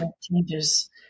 changes